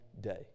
day